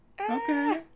Okay